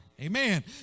Amen